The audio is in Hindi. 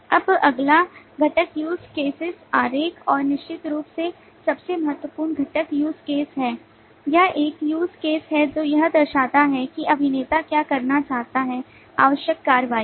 अब अगला घटक use cases आरेख और निश्चित रूप से सबसे महत्वपूर्ण घटक use case है यह एक use case है जो यह दर्शाता है कि अभिनेता क्या करना चाहता है आवश्यक कार्रवाई